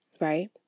Right